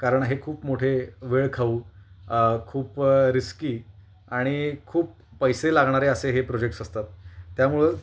कारण हे खूप मोठे वेळखाऊ खूप रिस्की आणि खूप पैसे लागणारे असे हे प्रोजेक्ट्स असतात त्यामुळं